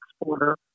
exporter